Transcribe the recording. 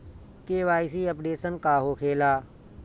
KYC updation का होखेला?